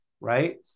right